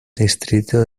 distrito